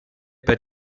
per